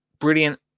Brilliant